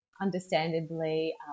understandably